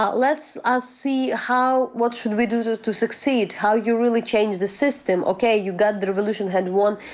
but let's ah see how, what should we do this to succeed. how you really change the system. okay, you got the revolution had won,